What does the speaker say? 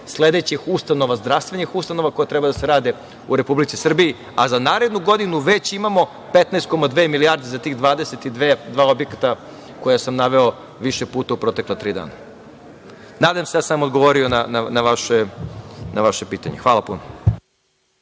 sledećih ustanova, zdravstvenih ustanova koje treba da se rade u Republici Srbiji, a za narednu godinu već imamo 15,2 milijarde za ta 22 objekta koje sam naveo više puta u protekla tri dana. Nadam se da sam vam odgovorio na vaše pitanje. Hvala puno.